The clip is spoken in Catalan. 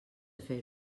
fer